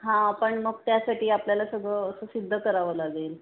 हां पण मग त्यासाठी आपल्याला सगळं असं सिद्ध करावं लागेल